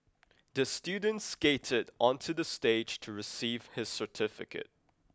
the student skated onto the stage to receive his certificate